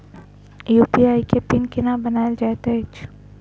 UPI केँ PIN केना बनायल जाइत अछि